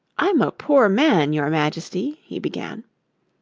i'm a poor man, your majesty he began.